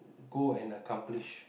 go and accomplish